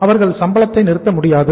அவர்கள் சம்பளத்தை நிறுத்த முடியாது